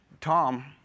Tom